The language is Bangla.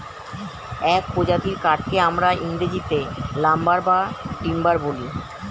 এক প্রজাতির কাঠকে আমরা ইংরেজিতে লাম্বার বা টিম্বার বলি